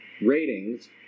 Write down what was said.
ratings